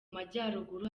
majyaruguru